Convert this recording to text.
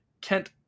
Kent